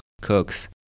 cooks